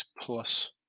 plus